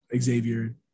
Xavier